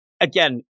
Again